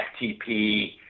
FTP